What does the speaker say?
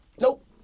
Nope